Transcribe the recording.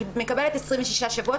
היא מקבלת 26 שבועות,